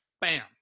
bam